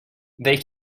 they